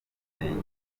mirenge